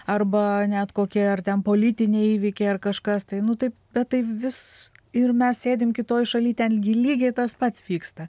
arba net kokie ar ten politiniai įvykiai ar kažkas tai nu taip bet tai vis ir mes sėdim kitoj šaly ten gi lygiai tas pats vyksta